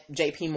jp